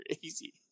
crazy